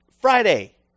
Friday